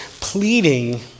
pleading